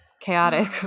chaotic